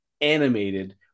animated